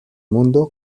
mundo